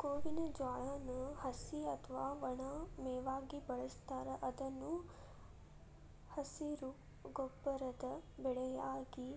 ಗೋವಿನ ಜೋಳಾನ ಹಸಿ ಅತ್ವಾ ಒಣ ಮೇವಾಗಿ ಬಳಸ್ತಾರ ಇದನ್ನು ಹಸಿರು ಗೊಬ್ಬರದ ಬೆಳೆಯಾಗಿ,